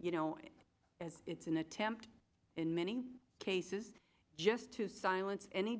you know it's an attempt in many cases just to silence any